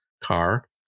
car